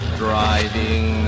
driving